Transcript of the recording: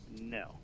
no